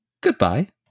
Goodbye